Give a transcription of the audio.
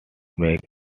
make